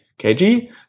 kg